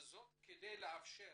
וזאת כדי לאפשר